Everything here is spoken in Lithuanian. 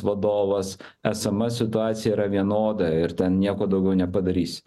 vadovas esama situacija yra vienoda ir ten nieko daugiau nepadarysi